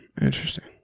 Interesting